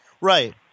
Right